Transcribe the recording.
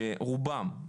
שרובם,